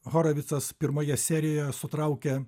horavicas pirmoje serijoje sutraukia